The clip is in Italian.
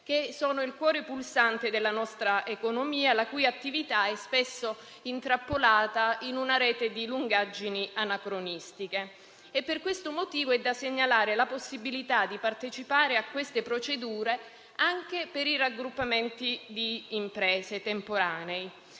che sono il cuore pulsante della nostra economia, la cui attività è spesso intrappolata in una rete di lungaggini anacronistiche. Per questo motivo è da segnalare la possibilità di partecipare a queste procedure anche per i raggruppamenti temporanei